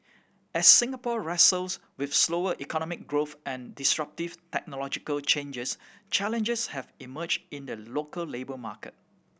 as Singapore wrestles with slower economic growth and disruptive technological changes challenges have emerged in the local labour market